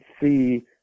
see